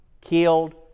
killed